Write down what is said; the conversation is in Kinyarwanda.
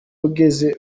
ugeze